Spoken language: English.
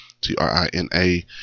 T-R-I-N-A